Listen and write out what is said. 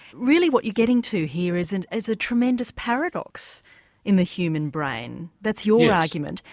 really what you're getting to here is and is a tremendous paradox in the human brain that's your argument.